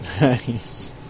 Nice